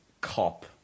cop